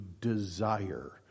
desire